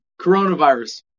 coronavirus